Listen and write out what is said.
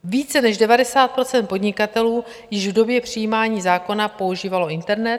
Více než 90 % podnikatelů již v době přijímání zákona používalo internet.